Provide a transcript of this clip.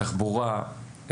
תחבורה,